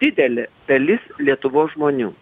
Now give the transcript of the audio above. didelė dalis lietuvos žmonių